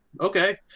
okay